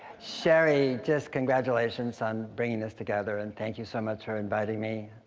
cheri, just congratulations on bringing this together, and thank you so much for inviting me.